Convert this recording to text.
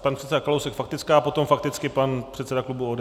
Pan předseda Kalousek faktická, potom fakticky pan předseda klubu ODS.